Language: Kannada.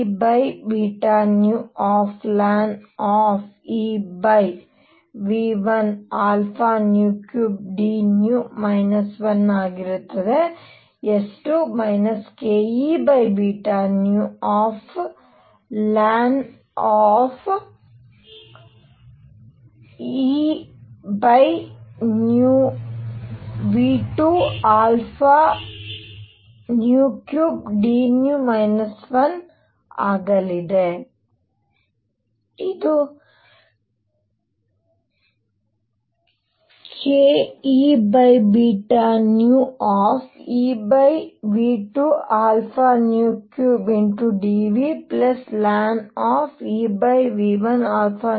S1 kEβνln⁡EV13dν 1 ಆಗಿರುತ್ತದೆ S2 kEβνln EV23dν 1ಆಗಲಿದೆ ಇದುkEβνEV23dν ln⁡EV13dν ಅನ್ನು ನೀಡುತ್ತದೆ